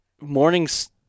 mornings